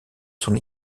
son